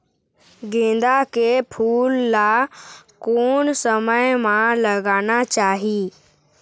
गेंदा के फूल ला कोन समय मा लगाना चाही?